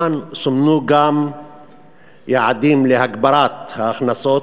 סומנו גם יעדים להגברת ההכנסות,